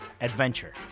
Adventure